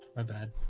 my bad,